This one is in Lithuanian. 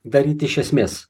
daryt iš esmės